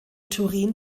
turin